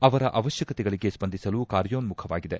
ಅವರ ಅವಶ್ವಕತೆಗಳಿಗೆ ಸ್ವಂದಿಸಲು ಕಾರ್ಯೋನ್ಮಖವಾಗಿದೆ